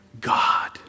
God